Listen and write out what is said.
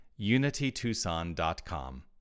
unitytucson.com